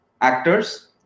actors